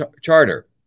charter